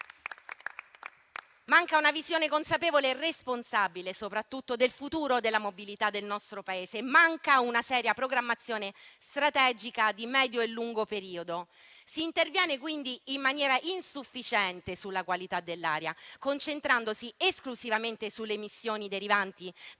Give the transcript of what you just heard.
Manca una visione consapevole e responsabile, soprattutto, del futuro della mobilità del nostro Paese. Manca una seria programmazione strategica di medio e lungo periodo. Si interviene quindi in maniera insufficiente sulla qualità dell'aria, concentrandosi esclusivamente sulle emissioni derivanti